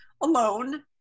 alone